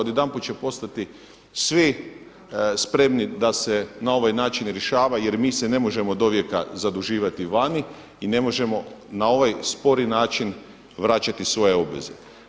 Odjedanput će postati svi spremni da se na ovaj način rješava jer mi se ne možemo dovijeka zaduživati vani i ne možemo na ovaj spori način vraćati svoje obveze.